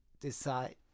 decide